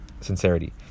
sincerity